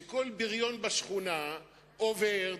שכל בריון בשכונה עובר,